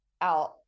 out